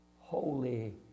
holy